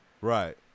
Right